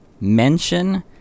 mention